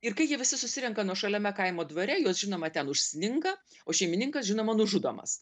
ir kai jie visi susirenka nuošaliame kaimo dvare juos žinoma ten užsninga o šeimininkas žinoma nužudomas